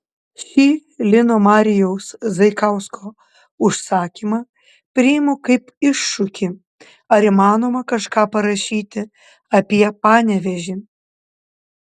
šį lino marijaus zaikausko užsakymą priimu kaip iššūkį ar įmanoma kažką parašyti apie panevėžį